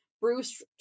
Bruce